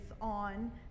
on